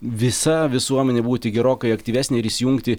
visa visuomenė būti gerokai aktyvesnė ir įsijungti